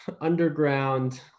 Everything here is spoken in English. underground